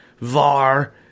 VAR